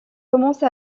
commence